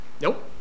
nope